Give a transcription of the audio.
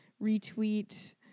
retweet